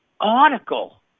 article